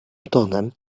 tonem